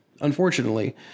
unfortunately